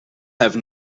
have